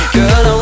Girl